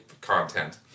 content